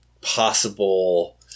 possible